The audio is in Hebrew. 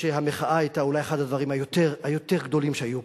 שהמחאה היתה אולי אחד הדברים היותר גדולים שהיו פה,